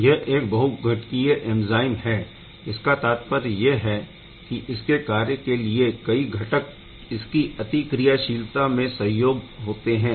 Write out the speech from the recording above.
यह एक बहूघटकीय एंज़ाइम है इसका तात्पर्य यह है की इसके कार्य के लिए कई घटक इसकी अतिक्रियाशीलता में सहयोगी होते है